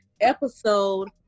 episode